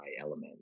element